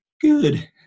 Good